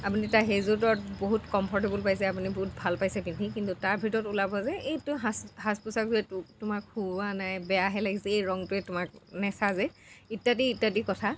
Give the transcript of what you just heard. আপুনি তাৰ সেইযোৰত বহুত কমফৰ্টেবল পাইছে আপুনি বহুত ভাল পাইছে পিন্ধি কিন্তু তাৰ ভিতৰত ওলাব যে এই তোৰ সাজ সাজ পোছাকটোৱে তোক তোমাক শুওৱা নাই বেয়াহে লাগিছে এই ৰংটোৱে তোমাক নেচাজে ইত্যাদি ইত্যাদি কথা